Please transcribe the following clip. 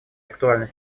актуально